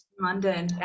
London